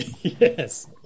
Yes